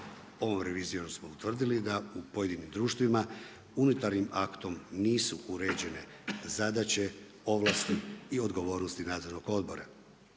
Ovom revizijom smo utvrdili da u pojedinim društvima unutarnjim aktom nisu uređene zadaće, ovlasti i odgovornosti nadzornog odbora.